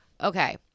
okay